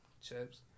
chips